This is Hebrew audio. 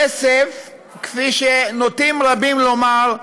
כסף, כפי שנוטים רבים לומר,